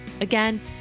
Again